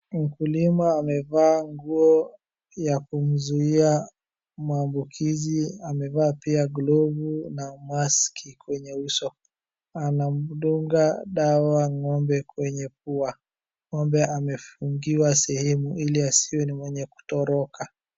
Mkulima amevaa nguo ya kumzuia maambukizi amevaa pia glovu na maski kwenye uso, Anamdunga dawa ng'ombe kwenye pua. Ng'ombe amefungiwa sehemu ili asiwe ni mwenye kutoroka.